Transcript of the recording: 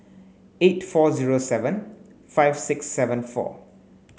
eight four zero seven five six seven four